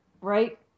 Right